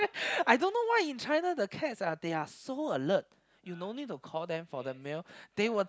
I don't know why in China the cats ah they are so alert you only call them for the meal they will